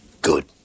Good